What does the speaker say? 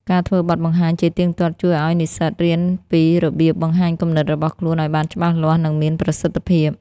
ការធ្វើបទបង្ហាញជាទៀងទាត់ជួយឱ្យនិស្សិតរៀនពីរបៀបបង្ហាញគំនិតរបស់ខ្លួនឱ្យបានច្បាស់លាស់ និងមានប្រសិទ្ធភាព។